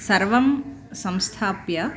सर्वं संस्थाप्य